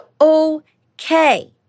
okay